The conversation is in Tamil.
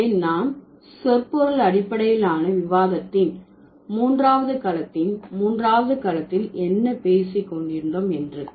எனவே நாம் சொற்பொருள் அடிப்படையிலான விவாதத்தின் மூன்றாவது களத்தின் மூன்றாவது களத்தில் என்ன பேசி கொண்டிருந்தோம் என்று